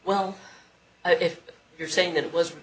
well if you're saying that it was